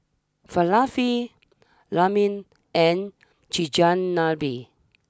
Falafel Ramen and Chigenabe